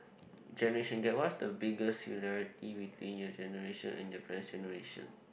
generation gap what's the biggest similarity between your generation and your parents' generation